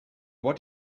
what